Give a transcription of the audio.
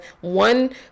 one